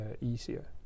easier